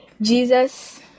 Jesus